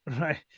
Right